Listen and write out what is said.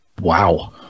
Wow